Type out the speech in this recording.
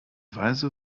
weise